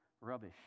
rubbish